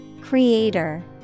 Creator